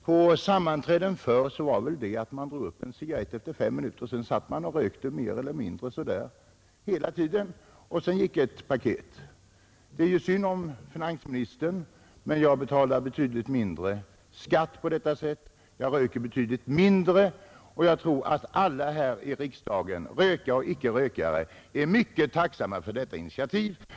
På sammanträden förr drog man upp en cigarrett efter fem minuter, och sedan satt man och rökte mer eller mindre hela tiden, och så gick ett paket. S Det är ju synd om finansministern, men jag betalar betydligt mindre skatt på detta sätt — jag röker betydligt mindre. Jag tror att vi alla här i riksdagen, rökare och icke rökare, är mycket tacksamma för detta initiativ.